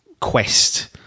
quest